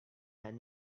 had